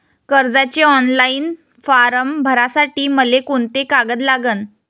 कर्जाचे online form भरासाठी मले कोंते कागद लागन?